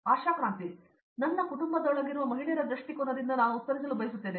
ಆಶಾ ಕ್ರಂತಿ ನನ್ನ ಕುಟುಂಬದೊಳಗಿರುವ ಮಹಿಳೆಯರ ದೃಷ್ಟಿಕೋನದಿಂದ ನಾನು ಉತ್ತರಿಸಲು ಬಯಸುತ್ತೇನೆ